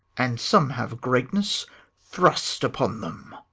and some have greatness thrust upon them